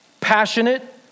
passionate